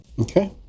Okay